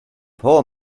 poor